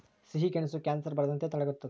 ಸಿಹಿಗೆಣಸು ಕ್ಯಾನ್ಸರ್ ಬರದಂತೆ ತಡೆಗಟ್ಟುತದ